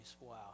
Wow